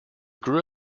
grew